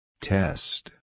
Test